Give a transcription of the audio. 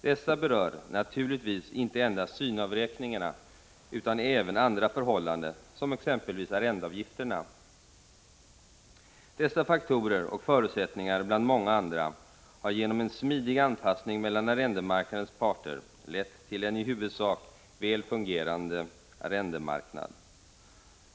Dessa berör naturligtvis inte endast syneavräkningar utan även andra förhållanden, exempelvis arrendeavgifterna. Dessa faktorer och förutsättningar, bland många andra, har genom en smidig anpassning mellan arrendemarknadens parter lett till en i huvudsak väl fungerande arrendemarknad.